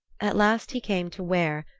at last he came to where,